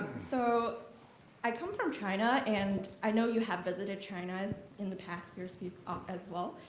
so i come from china and i know you have visited china in the past years but ah as well.